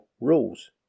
rules